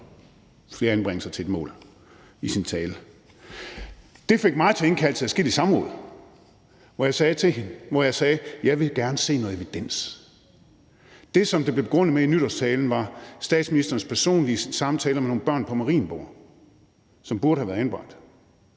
flere anbringelser til et mål i sin tale. Det fik mig til at indkalde til adskillige samråd, hvor jeg sagde til hende, at jeg gerne ville se noget evidens. Det, som det blev begrundet med i nytårstalen, var statsministerens personlige samtaler med nogle børn på Marienborg, som burde have været anbragt.